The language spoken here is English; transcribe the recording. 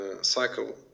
cycle